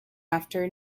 after